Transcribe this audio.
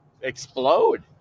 explode